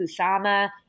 Kusama